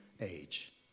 age